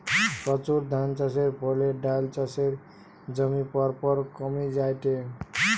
প্রচুর ধানচাষের ফলে ডাল চাষের জমি পরপর কমি জায়ঠে